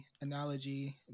analogy